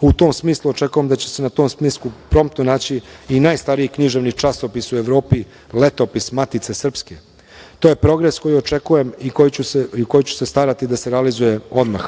U tom smislu, očekujem da će se na tom spisku promtno naći i najstariji književni časopis u Evropi „Letopis“ Matice Srpske. To je progres koji očekuje i za koji ću se starati da se realizuje odmah,